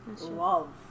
love